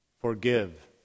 forgive